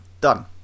done